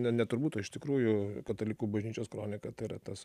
ne ne turbūt o iš tikrųjų katalikų bažnyčios kronika tai yra tas